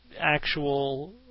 actual